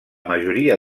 majoria